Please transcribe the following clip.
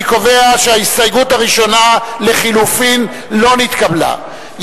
אני קובע שההסתייגות לחלופין א' לא נתקבלה.